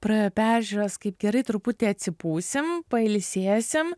praėjo peržiūras kaip gerai truputį atsipūsim pailsėsim